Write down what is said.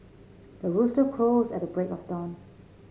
the rooster crows at the break of dawn